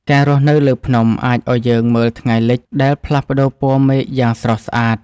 ការរស់នៅលើភ្នំ អាចឲ្យយើងមើលថ្ងៃលិចដែលផ្លាស់ប្តូរពណ៌មេឃយ៉ាងស្រស់ស្អាត។